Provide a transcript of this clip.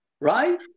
right